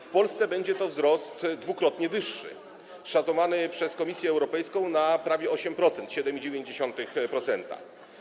W Polsce będzie to wzrost dwukrotnie wyższy, szacowany przez Komisję Europejską na prawie 8%, 7,9%.